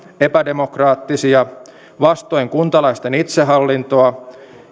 epädemokraattisia vastoin kuntalaisten itsehallintoa